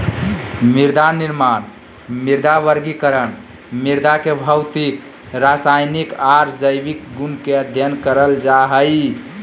मृदानिर्माण, मृदा वर्गीकरण, मृदा के भौतिक, रसायनिक आर जैविक गुण के अध्ययन करल जा हई